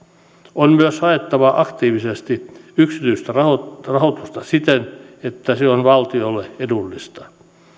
on myös haettava aktiivisesti yksityistä rahoitusta siten että se on valtiolle edullista